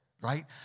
Right